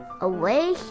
away